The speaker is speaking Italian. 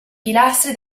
pilastri